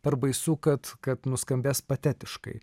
per baisu kad kad nuskambės patetiškai